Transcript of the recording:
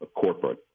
corporate